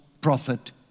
prophet